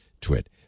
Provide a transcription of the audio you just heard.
twit